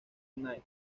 knight